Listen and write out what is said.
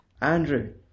Andrew